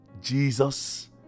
Jesus